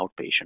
outpatient